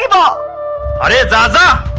yeah da ah yeah da da